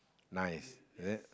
nice is it